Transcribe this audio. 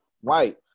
white